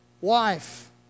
wife